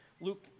Luke